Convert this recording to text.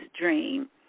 dream